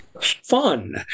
fun